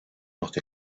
not